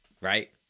right